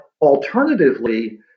alternatively